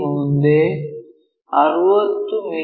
P ಮುಂದೆ 60 ಮಿ